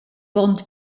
bond